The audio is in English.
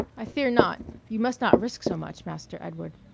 i fear not you must not risk so much, master edward.